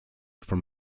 from